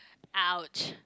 ouch